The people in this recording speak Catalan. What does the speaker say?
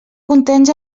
contents